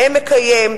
נאה מקיים,